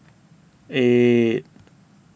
eight